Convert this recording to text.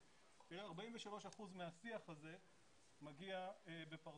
של הטרנדים 43 אחוזים מהשיח הזה מגיע בפרסית.